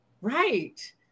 Right